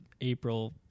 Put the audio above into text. April